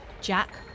Jack